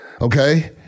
okay